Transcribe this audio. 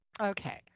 Okay